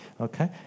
Okay